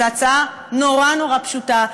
זו הצעה נורא נורא פשוטה,